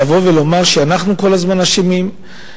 לבוא ולומר שאנחנו כל הזמן אשמים,